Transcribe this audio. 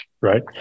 right